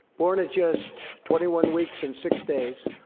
born at just twenty one weeks and six days,